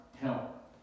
help